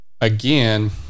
again